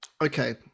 Okay